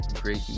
great